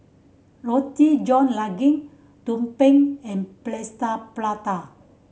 Roti John Daging tumpeng and plaster